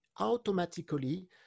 automatically